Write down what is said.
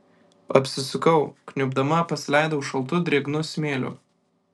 apsisukau kniubdama pasileidau šaltu drėgnu smėliu